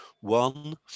one